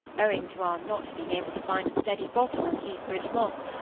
owing to our not being able to find a steady bottom on the heathbridge moss,